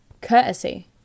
courtesy